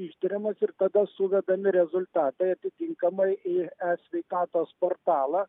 ištiriamas ir tada suvedami rezultatai atitinkamai į esveikatos portalą